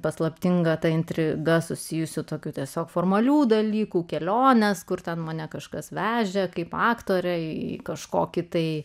paslaptinga ta intriga susijusių tokių tiesiog formalių dalykų keliones kur ten mane kažkas vežė kaip aktorė į kažkokį tai